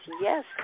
yes